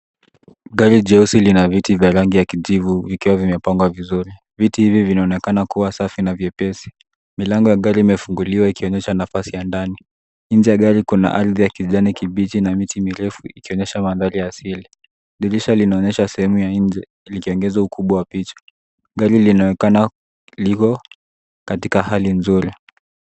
Gari jeusi ina viti vya rangi ya kijivu vikiwa vimepangwa vizuri .Viti hivi vinaonekana kuwa safi na vyepesi. Milango ya gari imefunguliwa ikionyesha nafasi ya ndani. Nje ya gari kuna ardhi ya kijani kibichi na miti mirefu ikionyesha mandhari ya asili. Dirisha linaonyesha kisehemu ya nje likiongeza ukubwa wa picha. Gari linaonekana liko katika hali nzuri.